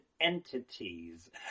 entities